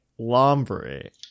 Lombre